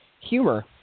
humor